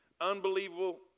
unbelievable